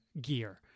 gear